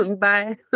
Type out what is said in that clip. Bye